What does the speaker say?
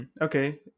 Okay